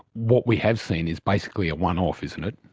what we have seen is basically a one-off, isn't it?